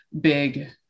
big